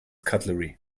cutlery